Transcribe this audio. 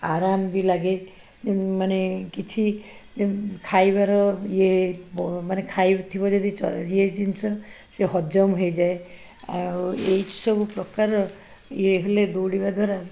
ଆରାମ ବି ଲାଗେ ମାନେ କିଛି ଖାଇବାର ଇଏ ମାନେ ଖାଇଥିବ ଯଦି ଇଏ ଜିନିଷ ସିଏ ହଜମ ହେଇଯାଏ ଆଉ ଏଇ ସବୁ ପ୍ରକାର ଇଏ ହେଲେ ଦୌଡ଼ିବା ଦ୍ୱାରା